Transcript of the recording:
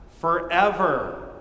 forever